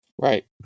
Right